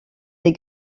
des